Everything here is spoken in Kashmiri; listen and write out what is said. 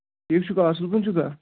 ٹھیٖک چھُکا اَصٕل پٲٹھۍ چھُکا